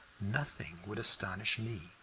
nothing would astonish me,